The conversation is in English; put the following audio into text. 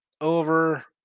over